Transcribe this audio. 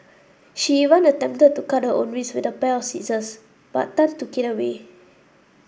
she even attempted to cut her own wrists with a pair of scissors but Tan took it away